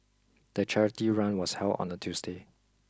the charity run was held on a Tuesday